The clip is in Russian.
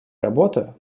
работа